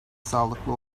sağlıklı